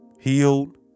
healed